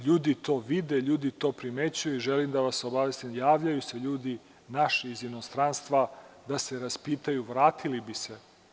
Ljudi to vide, ljudi to primećuju i želim da vas obavestim da se javljaju naši ljudi iz inostranstva da se raspitaju, vratili bi se.